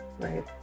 Right